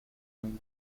union